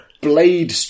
Blade